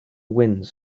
winds